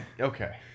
Okay